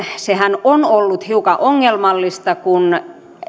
sehän on ollut hiukan ongelmallista kun